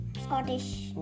Scottish